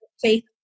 faith